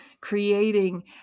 creating